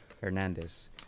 Hernandez